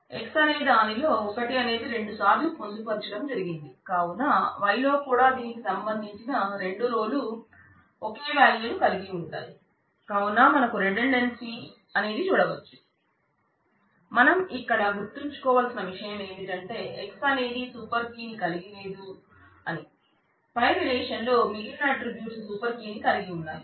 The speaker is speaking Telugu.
X అనే దానిలో 1 అనేది రెండు సార్లు పొందుపరచడం జరిగింది కావున Y లో కూడా దీనికి సంబంధించిన రెండు రోలు ఒకే వ్యాల్యూ ను కలిగి ఉంటాయి కావున మనకు రిడండెన్సీ సూపర్ కీ ని కలిగి ఉన్నాయి